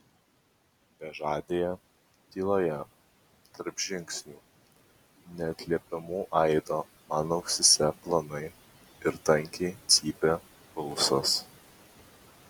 bežadėje tyloje tarp žingsnių neatliepiamų aido man ausyse plonai ir tankiai cypė pulsas